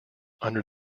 under